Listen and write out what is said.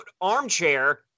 ARMCHAIR